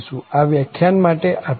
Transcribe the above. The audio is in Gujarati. આ વ્યાખ્યાન માટે આટલું જ